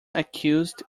accused